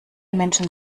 menschen